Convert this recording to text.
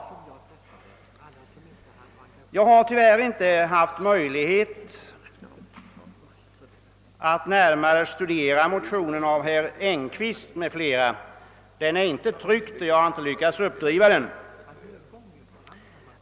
Tyvärr har jag inte haft möjlighet att studera motionen av herr Engkvist m.fl. Den är ännu inte tryckt, och jag har inte lyckats uppbringa den.